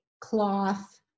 cloth